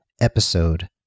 Episode